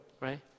right